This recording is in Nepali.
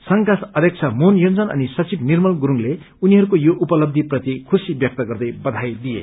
संघका अध्यक्ष मोहन योन्जन अनि सचिव निर्मल गुरुङले उनीहरूको यो उपलब्धी प्रति खुशी व्यक्त गर्दै बधाई दिए